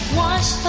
wash